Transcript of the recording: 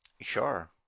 Sure